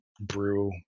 brew